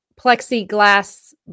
plexiglass